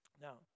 Now